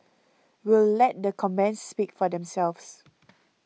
we'll let the comments speak for themselves